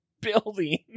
building